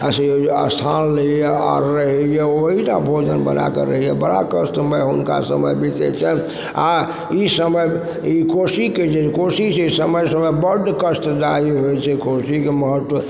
आओर से स्थान लइए आओर रहइए ओही ठाम भोजन बनाके रहइए बड़ा कष्टमय हुनका समय बीतय छन्हि आओर ई समय ई कोसीके जे कोसी जे समय समयपर बड्ड कष्टदायी होइ छै कोसीके महत्त्व